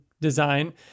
design